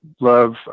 love